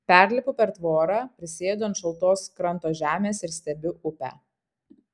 perlipu per tvorą prisėdu ant šaltos kranto žemės ir stebiu upę